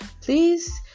please